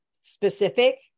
specific